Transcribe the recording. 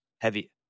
Heavy